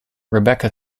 rebecca